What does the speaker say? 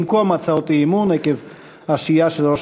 במקום הצעות אי-אמון עקב השהייה של ראש